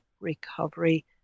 recovery